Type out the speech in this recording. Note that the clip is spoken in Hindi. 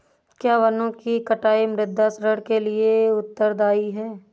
क्या वनों की कटाई मृदा क्षरण के लिए उत्तरदायी है?